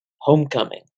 homecoming